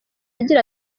agira